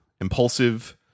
impulsive